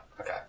Okay